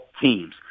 teams